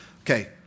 Okay